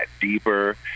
deeper